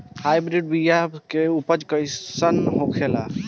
Hybrid बीया के उपज कैसन होखे ला?